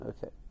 Okay